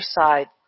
side